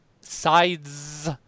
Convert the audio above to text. Sides